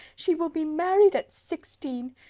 she will be married at sixteen!